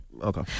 Okay